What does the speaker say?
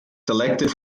selected